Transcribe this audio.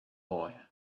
boy